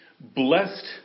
Blessed